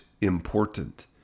important